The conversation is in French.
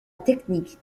technique